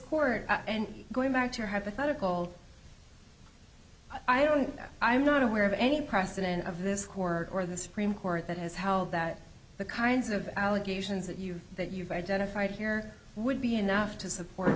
court and going back to your hypothetical i don't i'm not aware of any precedent of this court or the supreme court that has held that the kinds of allegations that you that you've identified here would be enough to support